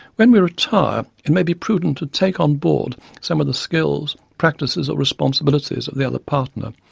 when we retire, it may be prudent to take on board some of the skills, practices or responsibilities of the other partner,